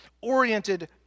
oriented